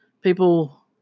People